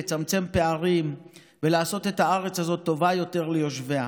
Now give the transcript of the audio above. לצמצם פערים ולעשות את הארץ הזאת טובה יותר ליושביה.